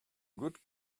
good